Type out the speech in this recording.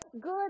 good